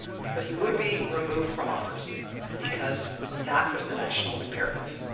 but he would be removed from office because that was the national imperative.